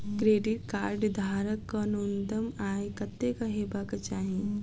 Credit card धारक कऽ न्यूनतम आय कत्तेक हेबाक चाहि?